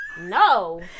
No